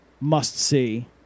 must-see